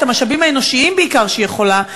בעיקר את המשאבים האנושיים שהיא יכולה,